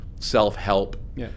Self-help